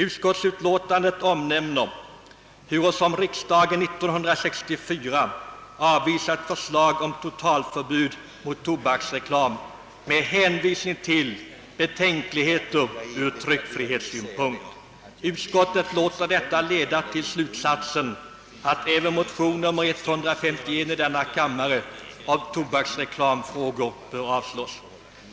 Utskottsutlåtandet omnämner hurusom riksdagen år 1964 avvisade ett förslag om totalförbud mot tobaksreklam med hänvisning till betänkligheter ur tryckfrihetssynpunkt. Utskottet låter detta leda till slutsatsen, att även motion II: 151 om tobaksreklamfrågor bör avslås.